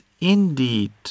indeed